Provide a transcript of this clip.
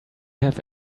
have